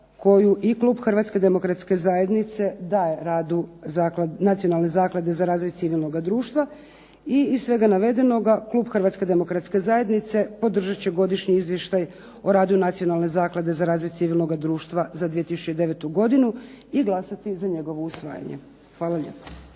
koju i klub Hrvatske demokratske zajednice daju radu Nacionalne zaklade za razvoj civilnoga društva i iz svega navedenoga klub Hrvatske demokratske zajednice podržat će godišnji izvještaj o radu Nacionalne zaklade za razvoj civilnoga društva za 2009. godinu i glasati za njegovo usvajanje. Hvala lijepo.